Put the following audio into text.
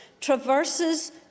traverses